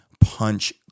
punch